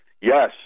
Yes